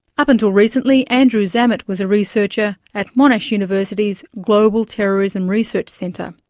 up until recently, andrew zammit was a researcher at monash university's global terrorism research centre.